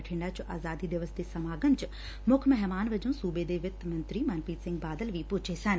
ਬਠਿੰਡਾ ਚ ਆਜ਼ਾਦੀ ਦਿਵਸ ਦੇ ਸਮਾਗਮ ਚ ਮੁੱਖ ਮਹਿਮਾਨ ਵਜੋਂ ਸੁਬੇ ਦੇ ਵਿੱਤ ਮੰਤਰੀ ਮਨਪ੍ਰੀਤ ਸਿੰਘ ਬਾਦਲ ਵੀ ਪੁੱਜੇ ਸਨ